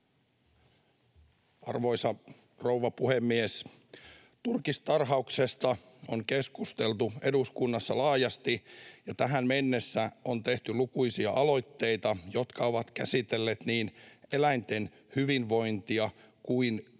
Arvoisa rouva puhemies! Turkistarhauksesta on keskusteltu eduskunnassa laajasti, ja tähän mennessä on tehty lukuisia aloitteita, jotka ovat käsitelleet niin eläinten hyvinvointia kuin